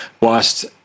whilst